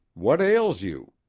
what ails you?